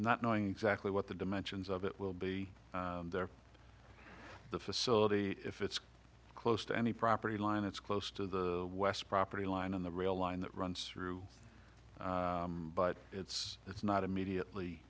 not knowing exactly what the dimensions of it will be the facility if it's close to any property line it's close to the west property line on the rail line that runs through but it's it's not immediately